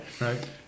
right